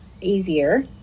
easier